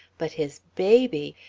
but his baby.